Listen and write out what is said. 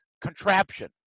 contraption